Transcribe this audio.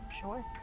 Sure